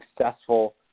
successful